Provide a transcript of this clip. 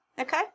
Okay